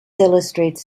illustrates